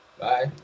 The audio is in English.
Bye